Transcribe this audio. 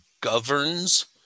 governs